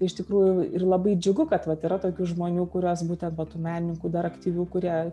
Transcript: iš tikrųjų ir labai džiugu kad vat yra tokių žmonių kuriuos būtent va tų menininkų dar aktyvių kurie